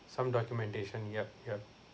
some documentation yup yup